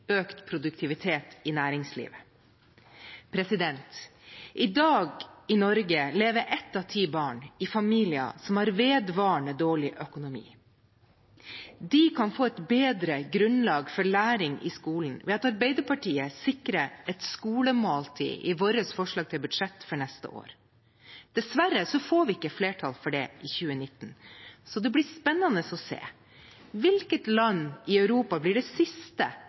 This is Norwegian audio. økt produktivitet i næringslivet. I Norge i dag lever ett av ti barn i familier som har vedvarende dårlig økonomi. De kan få et bedre grunnlag for læring i skolen ved at Arbeiderpartiet sikrer et skolemåltid i vårt forslag til budsjett for neste år. Dessverre får vi ikke flertall for det for 2019, så det blir spennende å se hvilket land i Europa som blir det siste